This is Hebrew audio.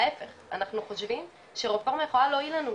ההיפך, אנחנו חושבים שרפורמה יכולה להועיל לנו.